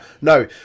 No